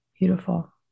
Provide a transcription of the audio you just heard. Beautiful